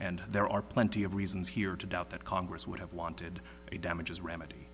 and there are plenty of reasons here to doubt that congress would have wanted any damages remedy